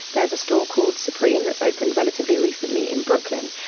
there is a store called supreme that's opened relatively recently in brooklyn.